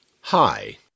Hi